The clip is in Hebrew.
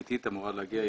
גתית אמורה להגיע.